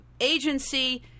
agency